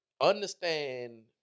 understand